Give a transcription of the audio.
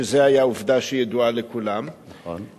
שזו היתה עובדה שידועה לכולם, נכון.